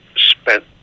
spent